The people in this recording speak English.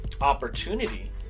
opportunity